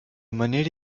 manera